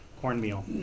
cornmeal